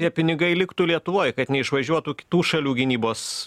tie pinigai liktų lietuvoj kad neišvažiuotų kitų šalių gynybos